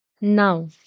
Now